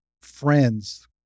friends